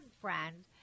friend